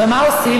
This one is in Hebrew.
ומה עושים?